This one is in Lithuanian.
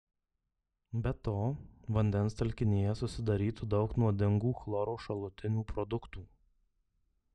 be to vandens telkinyje susidarytų daug nuodingų chloro šalutinių produktų